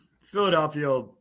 Philadelphia